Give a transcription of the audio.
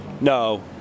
no